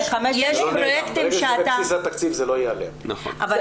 יש פרויקטים שאתה --- לא,